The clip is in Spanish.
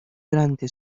durante